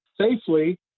safely